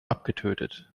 abgetötet